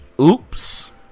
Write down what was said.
Oops